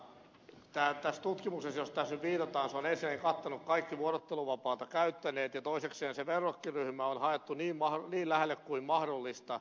mutta tämä tutkimus johon tässä nyt viitataan on ensinnäkin kattanut kaikki vuorotteluvapaata käyttäneet ja toisekseen se verrokkiryhmä on haettu niin lähelle kuin mahdollista